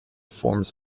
forms